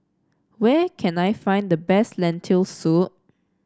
where can I find the best Lentil Soup